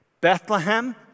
Bethlehem